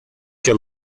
que